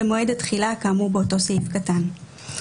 במועד התחילה כאמור באותו סעיף קטן.".